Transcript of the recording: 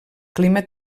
clima